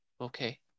okay